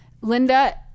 Linda